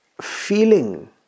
feeling